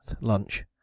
lunch